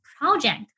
project